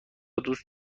دوست